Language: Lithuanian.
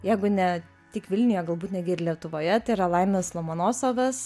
jeigu ne tik vilniuje galbūt netgi ir lietuvoje tai yra laimonas lomonosovas